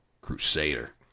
crusader